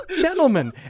gentlemen